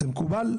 זה מקובל?